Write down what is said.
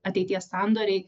ateities sandoriai